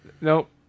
Nope